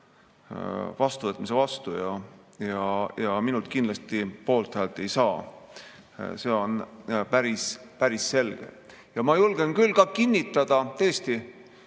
vastuvõtmise vastu ja minult see kindlasti poolthäält ei saa. See on päris-päris selge. Ma julgen küll kinnitada – sest